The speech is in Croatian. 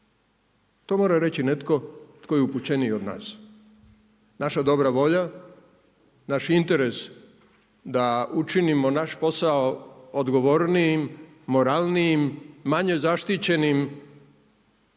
To mora reći netko tko je upućeniji od nas. Naša dobra volja, naš interes da učinimo naš posao odgovornijim, moralnijim, manje zaštićenim